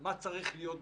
מה שצריך להיות בפנים,